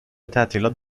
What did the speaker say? تعطیلات